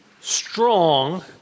strong